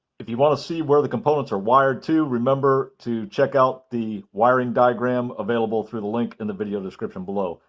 if you want to see where the components are wired to, remember to check out the wiring diagram available through the link in the video description below.